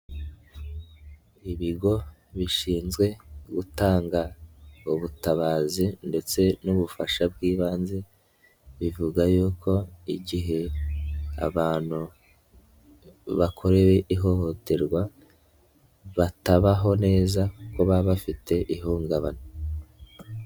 Ibigo bishinzwe gutanga ubutabazi ndetse n'ubufasha bw'ibanze, bivuga yuko igihe abantu bakorewe ihohoterwa batabaho neza, kuko baba bafite ihungabana.